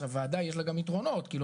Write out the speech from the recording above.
עכשיו וועדה יש לה גם יתרונות כי לא